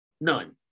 None